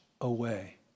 away